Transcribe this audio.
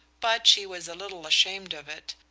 but she was a little ashamed of it,